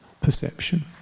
perception